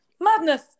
Madness